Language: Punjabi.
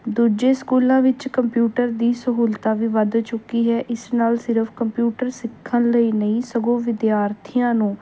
ਦੂਜੇ ਸਕੂਲਾਂ ਵਿੱਚ ਕੰਪਿਊਟਰ ਦੀ ਸਹੂਲਤਾਂ ਵੀ ਵੱਧ ਚੁੱਕੀ ਹੈ ਇਸ ਨਾਲ ਸਿਰਫ਼ ਕੰਪਿਊਟਰ ਸਿੱਖਣ ਲਈ ਨਹੀਂ ਸਗੋਂ ਵਿਦਿਆਰਥੀਆਂ ਨੂੰ